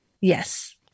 Yes